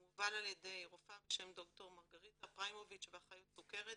הוא מובל על ידי רופאה בשם ד"ר מרגריטה פריימוביץ' ואחיות סוכרת